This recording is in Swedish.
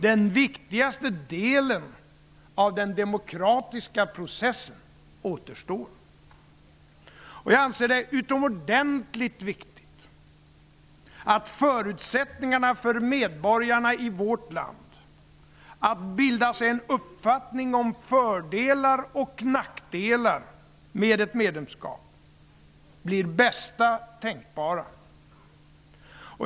Den viktigaste delen av den demokratiska processen återstår. Jag anser att det är utomordentligt viktigt att förutsättningarna för medborgarna i vårt land att bilda sig en uppfattning om fördelar och nackdelar med ett medlemskap blir de bästa tänkbara.